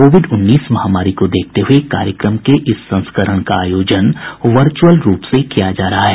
Covid उन्नीस महामारी को देखते हुए कार्यक्रम के इस संस्करण का आयोजन वर्चुअल रूप में किया जा रहा है